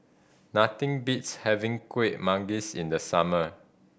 nothing beats having Kuih Manggis in the summer